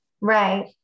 Right